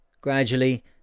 Gradually